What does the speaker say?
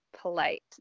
polite